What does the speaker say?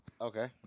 Okay